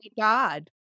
god